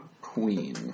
queen